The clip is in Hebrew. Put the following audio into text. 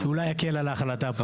אולי יקל על ההחלטה.